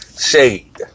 shade